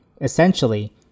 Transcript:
essentially